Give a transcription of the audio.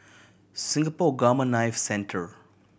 Singapore Gamma Knife Centre